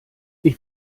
ich